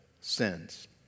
sins